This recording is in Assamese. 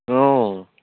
অঁ